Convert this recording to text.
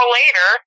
later